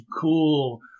cool